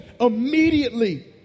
immediately